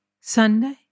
Sunday